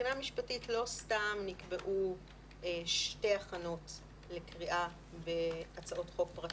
מבחינה משפטית לא סתם נקבעו שתי הכנות לקריאה בהצעות חוק פרטיות,